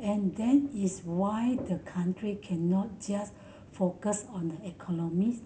and that is why the country cannot just focus on the economics